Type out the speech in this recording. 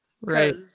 right